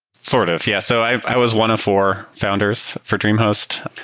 sort of. yeah, so i was one of four founders for dreamhost.